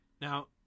Now